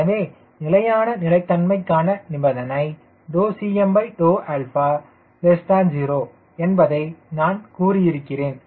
எனவே நிலையான நிலைதன்மைக்கான நிபந்தனை Cma0 என்பதை நான் கூறியிருக்கிறேன்